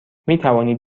میتوانید